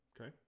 Okay